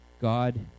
God